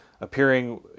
appearing